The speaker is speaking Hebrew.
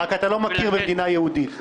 רק אתה לא מכיר במדינה יהודית.